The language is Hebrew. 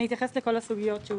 אני אתייחס לכל הסוגיות שהוצגו.